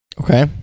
Okay